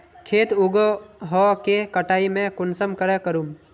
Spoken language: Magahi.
खेत उगोहो के कटाई में कुंसम करे करूम?